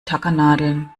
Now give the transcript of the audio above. tackernadeln